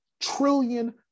trillion